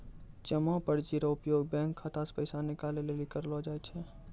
जमा पर्ची रो उपयोग बैंक खाता से पैसा निकाले लेली करलो जाय छै